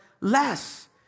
less